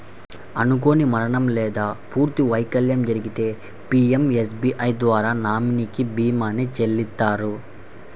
అనుకోని మరణం లేదా పూర్తి వైకల్యం జరిగితే పీయంఎస్బీఐ ద్వారా నామినీకి భీమాని చెల్లిత్తారు